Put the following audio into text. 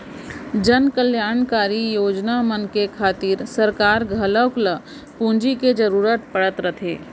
जनकल्यानकारी योजना मन के खातिर सरकार घलौक ल पूंजी के जरूरत पड़त रथे